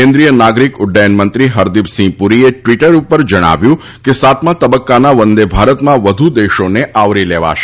કેન્દ્રીય નાગરિક ઉફયનમંત્રી હરદિપસિંહ પુરીએ ટ્વીટર ઉપર જણાવ્યું છે કે સાતમા તબક્કાના વંદેભારતના વધુ દેશોને આવરી લેવાશે